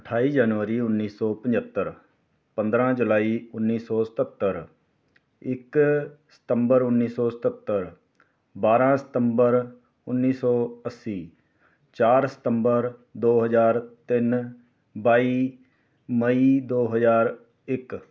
ਅਠਾਈ ਜਨਵਰੀ ਉੱਨੀ ਸੌ ਪੰਝੱਤਰ ਪੰਦਰਾਂ ਜੁਲਾਈ ਉੱਨੀ ਸੌ ਸਤੱਤਰ ਇੱਕ ਸਤੰਬਰ ਉੱਨੀ ਸੌ ਸਤੱਤਰ ਬਾਰਾਂ ਸਤੰਬਰ ਉੱਨੀ ਸੌ ਅੱਸੀ ਚਾਰ ਸਤੰਬਰ ਦੋ ਹਜ਼ਾਰ ਤਿੰਨ ਬਾਈ ਮਈ ਦੋ ਹਜ਼ਾਰ ਇੱਕ